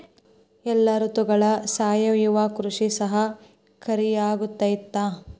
ಎಲ್ಲ ಋತುಗಳಗ ಸಾವಯವ ಕೃಷಿ ಸಹಕಾರಿಯಾಗಿರ್ತೈತಾ?